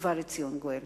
ובא לציון גואל.